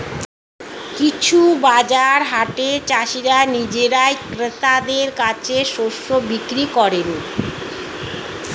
কিছু বাজার হাটে চাষীরা নিজেরাই ক্রেতাদের কাছে শস্য বিক্রি করেন